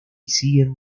siguen